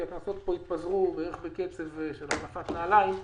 הכנסות פה התפזרו בקצב של החלפת נעליים בערך,